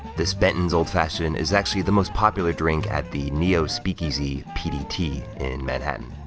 this benton's old fashioned is actually the most popular drink at the neo speakeasy, pdt, in manhattan.